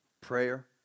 Prayer